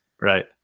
Right